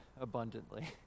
abundantly